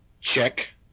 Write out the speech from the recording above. Check